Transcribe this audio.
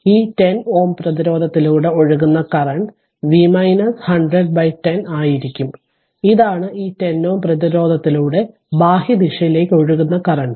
ഈ 10 Ω പ്രതിരോധത്തിലൂടെ ഒഴുകുന്ന കറന്റ് V 10010 ആയിരിക്കും ഇതാണ് ഈ 10 Ω പ്രതിരോധത്തിലൂടെ ബാഹ്യ ദിശയിലേക്കു ഒഴുകുന്ന കറന്റ്